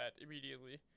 immediately